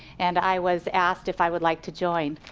and i was asked if i would like to join.